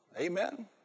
Amen